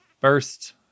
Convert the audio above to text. first